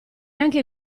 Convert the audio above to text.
anche